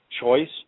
choice